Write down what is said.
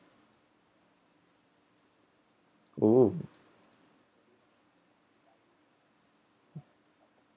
oh